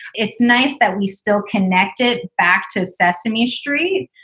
it's nice that we still connect it back to sesame street.